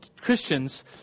Christians